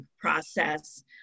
process